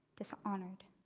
dishonored.